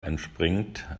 entspringt